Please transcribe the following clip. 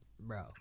bro